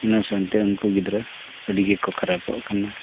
ᱚᱱᱟ ᱥᱟᱶᱛᱮ ᱩᱱᱠᱩ ᱜᱤᱫᱽᱨᱟᱹ ᱟᱹᱰᱤ ᱜᱮᱠᱚ ᱠᱷᱟᱨᱟᱯᱚᱜ ᱠᱟᱱᱟ